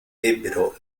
ebbero